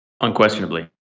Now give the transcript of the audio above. Unquestionably